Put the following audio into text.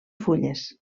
fulles